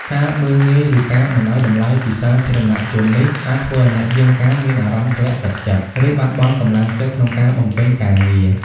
ការមើលងាយ ឬការមិនឲ្យតម្លៃពីសាធារណជននេះ អាចធ្វើឲ្យអ្នកយាមកាមមានអារម្មណ៍ធ្លាក់ទឹកចិត្ត ឬបាត់បង់កម្លាំងចិត្តក្នុងការបំពេញការងារ។